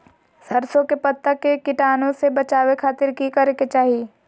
सरसों के पत्ता के कीटाणु से बचावे खातिर की करे के चाही?